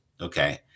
Okay